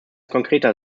konkreter